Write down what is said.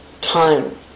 time